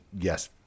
yes